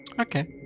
Okay